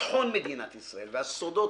ביטחון מדינת ישראל והסודות,